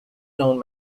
known